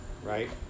right